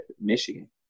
Michigan